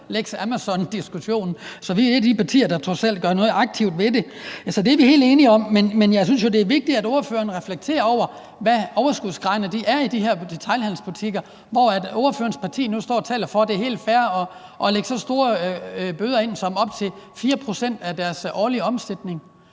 lex Amazon-diskussionen. Så vi er et af de partier, der trods alt gør noget aktivt ved det. Så det er vi helt enige om. Men jeg synes, det er vigtigt, at ordføreren reflekterer over, hvad overskudsgraderne er i de her detailhandelsbutikker, når ordførerens parti nu taler for, at det er helt fair at kunne pålægge så store bøder som op til 4 pct. af deres årlige omsætning.